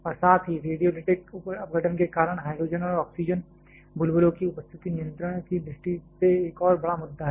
और साथ ही रेडियोलाइटिक अपघटन के कारण हाइड्रोजन और ऑक्सीजन बुलबुले की उपस्थिति नियंत्रण की दृष्टि से एक और बड़ा मुद्दा है